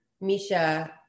Misha